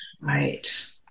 Right